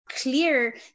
clear